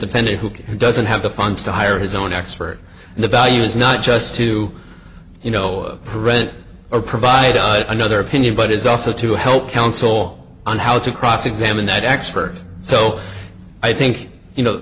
defendant who doesn't have the funds to hire his own expert and the value is not just to you know rent or provide another opinion but it's also to help counsel on how to cross examine that expert so i think you know